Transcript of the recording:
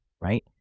right